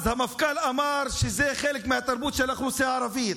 אז המפכ"ל אמר שזה חלק מהתרבות של האוכלוסייה הערבית.